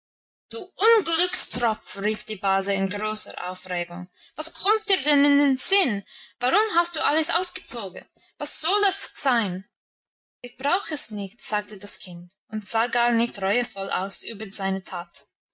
du unglückstropf rief die base in großer aufregung was kommt dir denn in den sinn warum hast du alles ausgezogen was soll das sein ich brauch es nicht sagte das kind und sah gar nicht reuevoll aus über seine tat